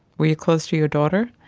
were you close to your daughter?